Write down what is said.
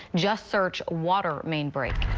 just search water main break.